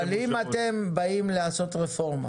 אם אתם באים לעשות רפורמה